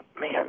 man –